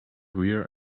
wear